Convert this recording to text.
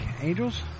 Angels